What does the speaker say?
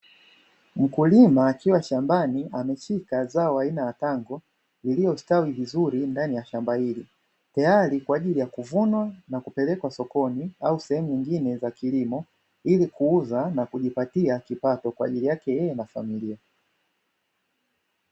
Mkulima akiwa shambani ameshika zao aina ya tango lililostawi vizuri ndani ya shamba hili, tayari kwa ajili ya kuvunwa na kupelekwa sokoni au sehemu nyingine za kilimo ilikuuza na kujipatia kipato kwa ajili yake yeye na familia.